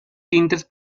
tintes